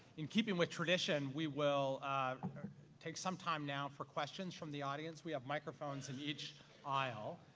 in keeping with tradition, we will take some time now for questions from the audience. we have microphones in each aisle.